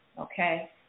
okay